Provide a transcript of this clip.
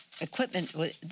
equipment